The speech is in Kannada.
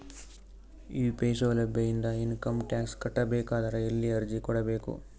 ಯು.ಪಿ.ಐ ಸೌಲಭ್ಯ ಇಂದ ಇಂಕಮ್ ಟಾಕ್ಸ್ ಕಟ್ಟಬೇಕಾದರ ಎಲ್ಲಿ ಅರ್ಜಿ ಕೊಡಬೇಕು?